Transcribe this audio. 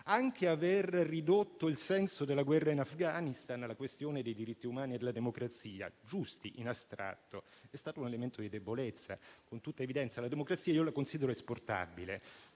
Anche aver ridotto il senso della guerra in Afghanistan alla questione dei diritti umani e della democrazia, giusta in astratto, è stato un elemento di debolezza. Considero esportabile la democrazia, ma in tutta